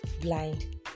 blind